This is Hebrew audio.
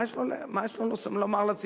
מה יש לו לומר לציבור?